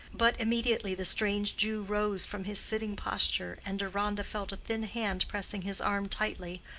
but immediately the strange jew rose from his sitting posture, and deronda felt a thin hand pressing his arm tightly,